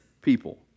people